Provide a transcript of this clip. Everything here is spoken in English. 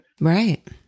right